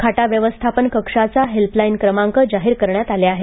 खाटा व्यवस्थापन कक्षाचा हेल्पलाइन क्रमांक जाहीर करण्यात आले आहेत